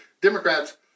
Democrats